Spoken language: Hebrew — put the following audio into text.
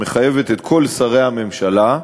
מחייבת את כל שרי הממשלה,